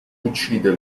uccide